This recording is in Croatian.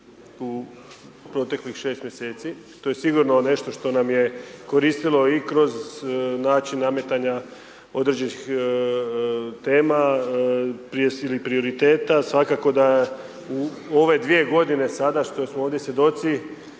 u proteklih 6 mjeseci, to je sigurno nešto što nam je koristilo i kroz način nametanja određenih tema ili prioriteta, svakako da u ove 2 godine sada što smo ovdje svjedoci